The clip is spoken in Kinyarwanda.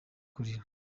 kurira